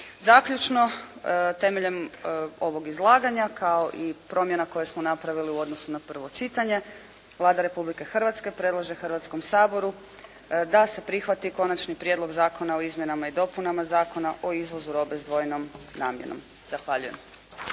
Zaključno, temeljem ovog izlaganja kao i promjena koje smo napravili u odnosu na prvo čitanje, Vlada Republike Hrvatske predlaže Hrvatskom saboru da se prihvati Konačni prijedlog zakona o izmjenama i dopunama Zakona o izvozu robe s dvojnom namjenom. Zahvaljujem.